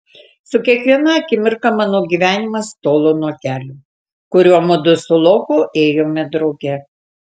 su kiekviena akimirka mano gyvenimas tolo nuo kelio kuriuo mudu su lopu ėjome drauge